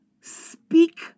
speak